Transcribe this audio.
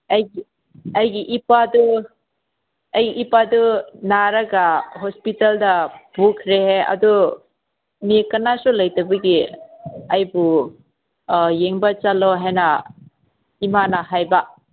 ꯑꯩꯒꯤ ꯑꯩꯒꯤ ꯏꯄꯥꯗꯨ ꯑꯩ ꯏꯄꯥꯗꯨ ꯅꯥꯔꯒ ꯍꯣꯁꯄꯤꯇꯥꯜꯗ ꯄꯨꯈ꯭ꯔꯦ ꯑꯗꯨ ꯃꯤ ꯀꯅꯥꯁꯨ ꯂꯩꯇꯕꯒꯤ ꯑꯩꯕꯨ ꯌꯦꯡꯕ ꯆꯠꯂꯣ ꯍꯥꯏꯅ ꯏꯃꯥꯅ ꯍꯥꯏꯕ